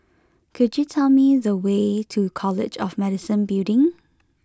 could you tell me the way to College of Medicine Building